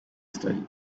style